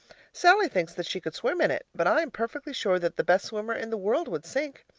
sallie thinks that she could swim in it, but i am perfectly sure that the best swimmer in the world would sink.